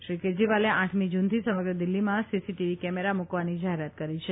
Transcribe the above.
શ્રી કેજરીવાલે આઠમી જૂનથી સમગ્ર દિલ્હીમાં સીસીટીવી કેમેરા મૂકવાની જાહેરાત કરી છે